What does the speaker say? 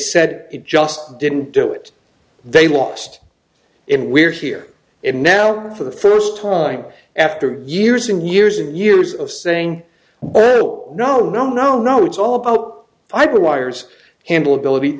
said it just didn't do it they lost in we're hear it now for the first time after years and years and years of saying no no no no no it's all about fiber wires handle ability